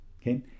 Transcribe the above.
okay